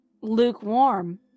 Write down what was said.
Lukewarm